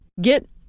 get